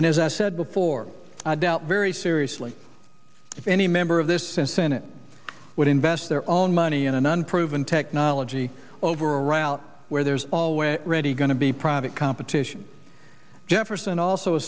and as i said before i doubt very seriously if any member of this and senate would invest their own money in an unproven technology overall out where there's always ready going to be private competition jefferson also